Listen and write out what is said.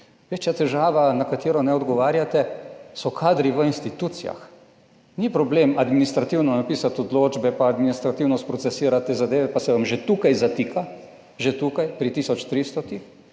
Večja težava, na katero ne odgovarjate, so kadri v institucijah. Ni problem administrativno napisati odločbe, pa administrativno sprocesirati te zadeve, pa se vam že tukaj zatika. Že tukaj pri tisoč